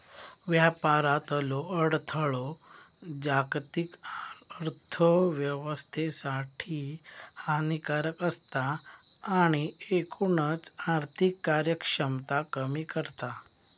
व्यापारातलो अडथळो जागतिक अर्थोव्यवस्थेसाठी हानिकारक असता आणि एकूणच आर्थिक कार्यक्षमता कमी करता